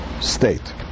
state